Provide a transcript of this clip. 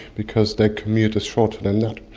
because their commute is shorter than that.